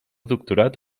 doctorat